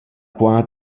qua